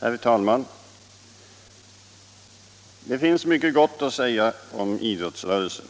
Herr talman! Det finns mycket gott att säga om idrottsrörelsen.